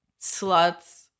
sluts